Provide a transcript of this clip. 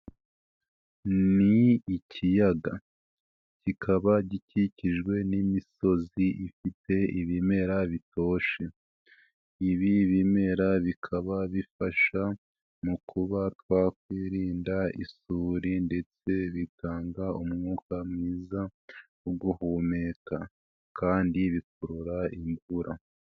Ni ikiyaga kikaba gikikijwe n'imisozi ifite ibimera bitoshye, ibi bimera bikaba bifasha mu kuba twakwirinda isuri ndetse bitanga umwuka mwiza wo guhumeka, kandi bikurura imvura.